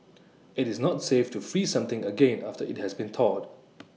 IT is not safe to freeze something again after IT has been thawed